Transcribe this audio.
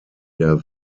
der